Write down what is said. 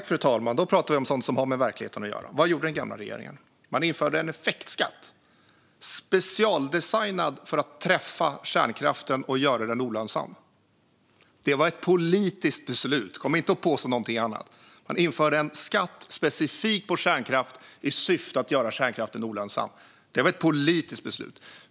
Fru talman! Då pratar vi om sådant som har med verkligheten att göra. Vad gjorde den gamla regeringen? Man införde en effektskatt, specialdesignad för att träffa kärnkraften och göra den olönsam. Det var ett politiskt beslut. Kom inte och påstå något annat! Man införde en skatt specifikt på kärnkraft i syfte att göra kärnkraften olönsam. Det var ett politiskt beslut.